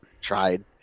tried